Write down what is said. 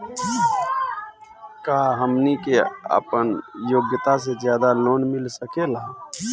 का हमनी के आपन योग्यता से ज्यादा लोन मिल सकेला?